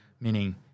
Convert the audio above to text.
meaning